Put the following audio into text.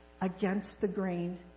against-the-grain